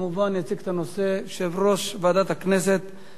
התשע"ב 2012, לוועדת הכספים נתקבלה.